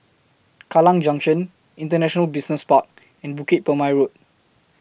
Kallang Junction International Business Park and Bukit Purmei Road